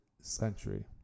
century